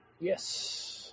yes